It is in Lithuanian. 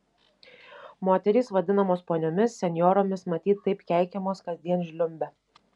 moterys vadinamos poniomis senjoromis matyt taip keikiamos kasdien žliumbia